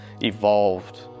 evolved